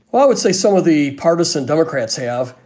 well, i would say some of the partisan democrats have,